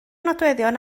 nodweddion